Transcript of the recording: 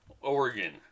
Oregon